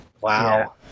Wow